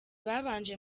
babanje